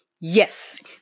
Yes